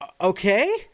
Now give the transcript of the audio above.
Okay